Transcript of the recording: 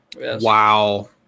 Wow